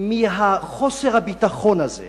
מחוסר הביטחון הזה